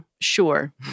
Sure